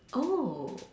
oh